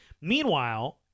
Meanwhile